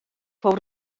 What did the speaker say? fou